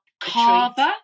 carver